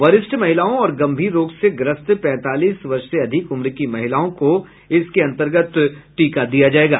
वरिष्ठ महिलाओं और गंभीर रोग से ग्रस्त पैंतालीस वर्ष से अधिक उम्र की महिलाओं को इसके अन्तर्गत टीका दिया जायेगा